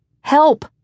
Help